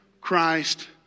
Christ